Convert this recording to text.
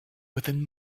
within